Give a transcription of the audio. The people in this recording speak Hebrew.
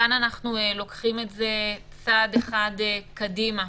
כאן אנחנו לוקחים את זה צעד אחד קדימה.